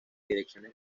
direcciones